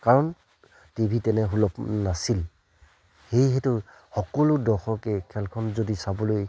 কাৰণ T V তেনে সুলভ নাছিল সেইহেতু সকলো দৰ্শকে খেলখন যদি চাবলৈ